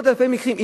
עוד אלפי מקרים.